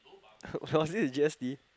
was it a G_S_T